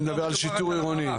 אני מדבר על שיטור עירוני ומועצתי.